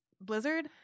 blizzard